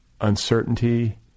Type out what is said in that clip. uncertainty